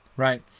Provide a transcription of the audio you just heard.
Right